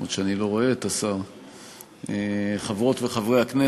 אף שאני לא רואה את השר, חברות וחברי הכנסת,